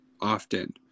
often